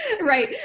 Right